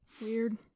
Weird